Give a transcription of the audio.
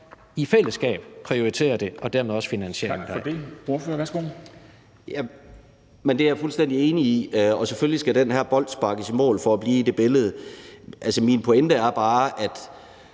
i fællesskab prioriterer det og dermed også finansierer det.